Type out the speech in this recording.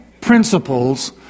principles